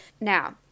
Now